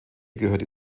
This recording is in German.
gehörte